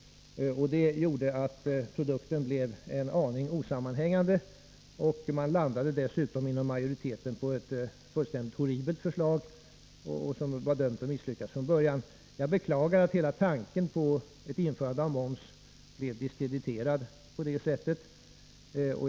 Det gjorde att produkten blev en aning osammanhängande. Majoriteten landade dessutom på ett fullständigt horribelt förslag, som från början var dömt att misslyckas. Jag beklagar att tanken på ett införande av moms blev diskrediterad på det sättet.